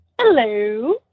Hello